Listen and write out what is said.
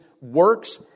works